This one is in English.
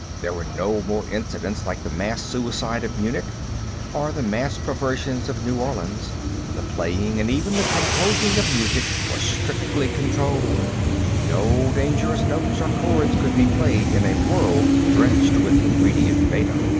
there were no more incidents like the mass-suicide of munich or the mass-perversions of new orleans the playing and even the composing of music was strictly controlled no dangerous notes or chords could be played in a world drenched with ingredient beta.